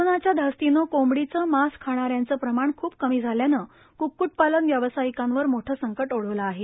कोरोनाच्या धास्तीने कोंबडीचे मास खाणाऱ्यांचे प्रमाण ख्प कमी झाल्याने क्क्टपालन व्यावसायिकांवर मोठे संकट ओढवले आहे